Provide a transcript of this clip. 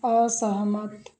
असहमत